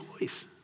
choice